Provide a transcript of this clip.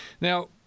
Now